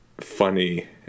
funny